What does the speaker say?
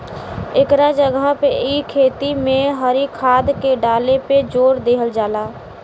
एकरा जगह पे इ खेती में हरी खाद के डाले पे जोर देहल जाला